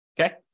Okay